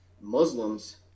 Muslims